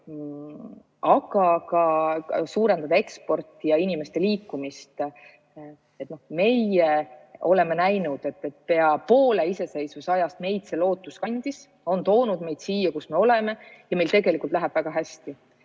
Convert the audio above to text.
aga ka suurendada eksporti ja inimeste liikumist. Meie oleme näinud, et pea poole iseseisvusajast meid just see lootus kandis. See on toonud meid siia, kus me oleme, ja meil läheb väga hästi.